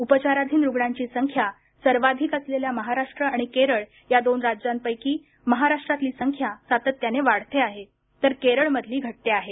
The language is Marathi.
उपचाराधीन रुग्णांची संख्या सर्वाधिक असलेल्या महाराष्ट्र आणि केरळ या दोन राज्यांपैकी महाराष्ट्रातली संख्या सातत्याने वाढते आहे तर केरळमधली घटते आहे